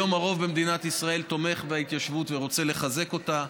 היום הרוב במדינת ישראל תומך בהתיישבות ורוצה לחזק אותה,